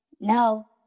No